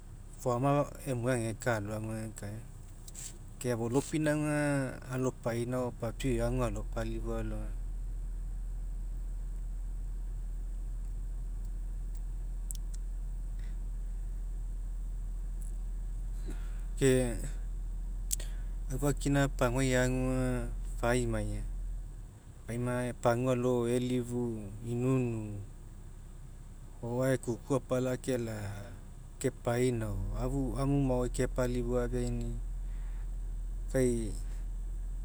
Foama emuai ageka aloagu agekaina. Ke afolopapinauga alopainao papiau e'i agu alopalifua alogaina. Ke aufakina paguai agu aga. faima faima pagua alo elifu, inuinu o'oae kuku apala kela'a kepainao amu maoai kepalifua afeaini'i kai.